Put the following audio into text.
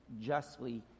justly